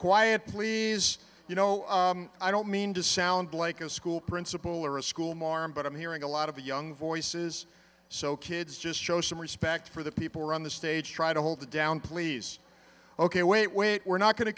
quiet please you know i don't mean to sound like a school principal or a school marm but i'm hearing a lot of the young voices so kids just show some respect for the people who are on the stage try to hold it down please ok wait wait we're not going to